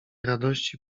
radości